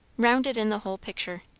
rounded in the whole picture.